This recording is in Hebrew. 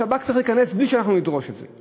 השב"כ צריך להיכנס בלי שאנחנו נדרוש את זה.